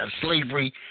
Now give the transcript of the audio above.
slavery